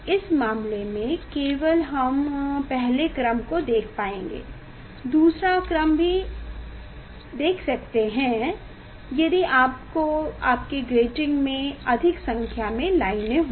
इस मामले में केवल हम पहले क्रम को देख पाएंगे दूसरा क्रम भी देख सकता है यदि आपके ग्रेटिंग में अधिक संख्या में लाइनें हो